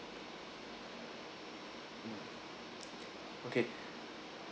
okay